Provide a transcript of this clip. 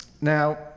Now